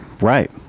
right